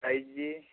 size